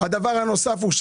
הדבר הנוסף הוא,